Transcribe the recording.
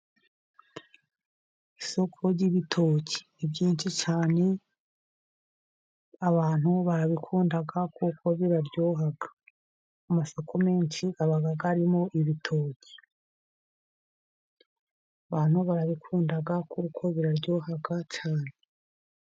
Isoko ry'ibitoki ni byinshi cyane, abantu barabikunda kuko biraryoha. Amasoko menshi aba arimo ibitoki abantu barabikunda, kuko biraryohaga cyane.